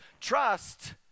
trust